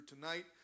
tonight